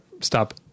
stop